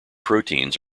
proteins